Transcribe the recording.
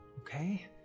Okay